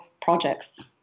projects